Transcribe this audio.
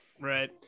Right